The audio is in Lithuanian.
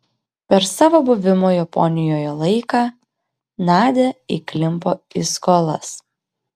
per savo buvimo japonijoje laiką nadia įklimpo į skolas